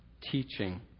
teaching